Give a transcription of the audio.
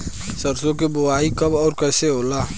सरसो के बोआई कब और कैसे होला?